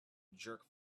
jerk